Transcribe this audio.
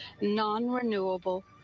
non-renewable